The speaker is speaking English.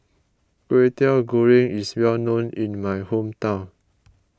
Kwetiau Goreng is well known in my hometown